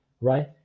right